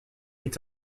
est